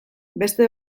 beste